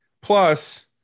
Plus